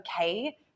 okay